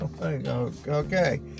Okay